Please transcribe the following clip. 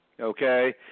okay